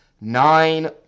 nine